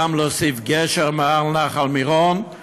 גם להוסיף גשר מעל נחל מירון.